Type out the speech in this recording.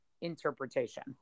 interpretation